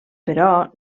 però